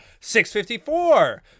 654